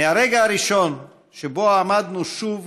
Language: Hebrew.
במהלך היום התכנסו ועדות הכנסת השונות